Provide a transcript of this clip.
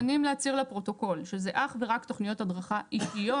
אנחנו מוכנים להצהיר לפרוטוקול שזה אך ורק תכניות הדרכה אישיות.